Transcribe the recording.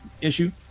issue